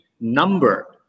number